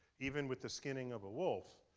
even with the skinning of a wolf,